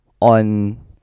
on